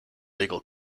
legal